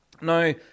Now